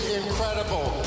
incredible